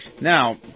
Now